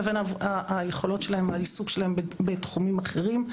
לבין היכולת שלהם והעיסוק שלהם בתחומים אחרים.